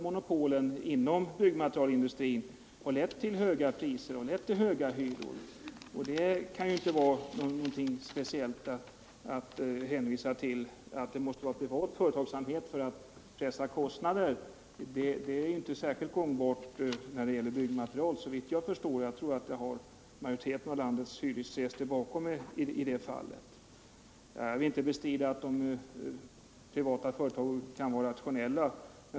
Monopolen inom byggmaterialindustrin har tvärtom lett till höga priser och höga hyror. Att hänvisa till att man måste ha privat företagsamhet för att pressa kostnaderna är därför, såvitt jag förstår, inte särskilt gångbart när det gäller byggmaterial. Och jag tror att jag har majoriteten av landets hyresgäster bakom mig när jag säger det. Jag vill inte bestrida att privata företag kan vara rationella.